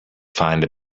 find